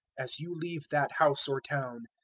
as you leave that house or town,